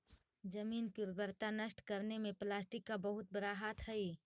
जमीन की उर्वरता नष्ट करने में प्लास्टिक का बहुत बड़ा हाथ हई